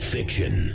Fiction